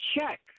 check